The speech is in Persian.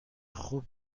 خوب